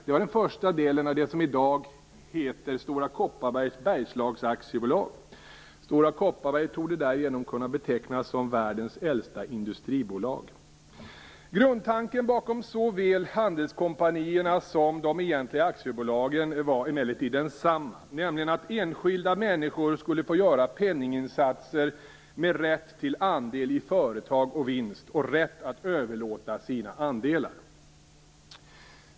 Det var första delen av det som i dag heter Stora Kopparbergs Bergslags AB. Stora Kopparberg torde därigenom kunna betecknas som världens äldsta instustribolag. Grundtanken bakom såväl handelskompanierna som de egentliga aktiebolagen var emellertid densamma, nämligen att enskilda människor skulle få göra penningsinsatser med rätt till andel i företag och vinst och rätt att överlåta sina andelar.